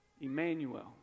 Emmanuel